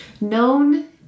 known